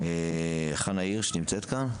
חנה הירש נמצאת כאן?